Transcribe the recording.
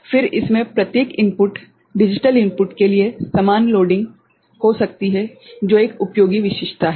फिर इसमें प्रत्येक इनपुट डिजिटल इनपुट के लिए समान लोडिंग हो सकती है जो एक उपयोगी विशेषता है